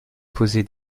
posé